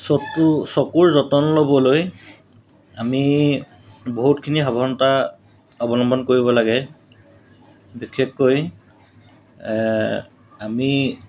চকু চকুৰ যতন ল'বলৈ আমি বহুতখিনি সাৱধানতা অৱলম্বন কৰিব লাগে বিশেষকৈ আমি